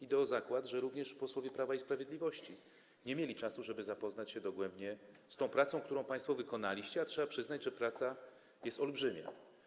Idę o zakład, że również posłowie Prawa i Sprawiedliwości nie mieli czasu, żeby dogłębnie zapoznać się z pracą, którą państwo wykonaliście, a trzeba przyznać, że praca jest olbrzymia.